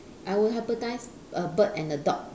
I will hybridise a bird and a dog